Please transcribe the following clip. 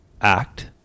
act